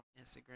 Instagram